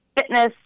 fitness